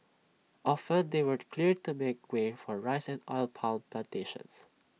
often they were cleared to make way for rice oil palm Plantations